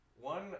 One